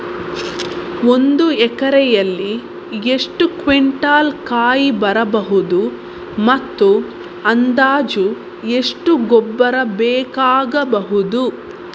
ಒಂದು ಎಕರೆಯಲ್ಲಿ ಎಷ್ಟು ಕ್ವಿಂಟಾಲ್ ಕಾಯಿ ಬರಬಹುದು ಮತ್ತು ಅಂದಾಜು ಎಷ್ಟು ಗೊಬ್ಬರ ಬೇಕಾಗಬಹುದು?